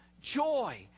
joy